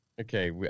Okay